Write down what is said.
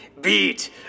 beat